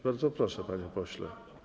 Bardzo proszę, panie pośle.